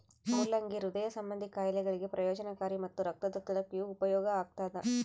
ಮುಲ್ಲಂಗಿ ಹೃದಯ ಸಂಭಂದಿ ಖಾಯಿಲೆಗಳಿಗೆ ಪ್ರಯೋಜನಕಾರಿ ಮತ್ತು ರಕ್ತದೊತ್ತಡಕ್ಕೆಯೂ ಉಪಯೋಗ ಆಗ್ತಾದ